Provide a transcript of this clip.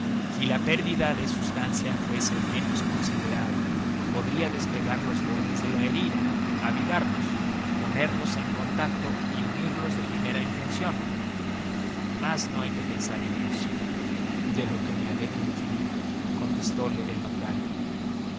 si la pérdida de sustancia fuese menos considerable podría despegar los bordes de la herida avivarlos ponerlos en contacto y unirlos de primera intención mas no hay que pensar en esto de lo que me alegro infinito contestole el notario